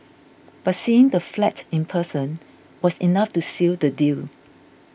but seeing the flat in person was enough to seal the deal